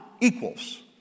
equals